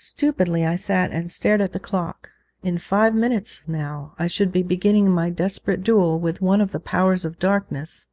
stupidly i sat and stared at the clock in five minutes, now, i should be beginning my desperate duel with one of the powers of darkness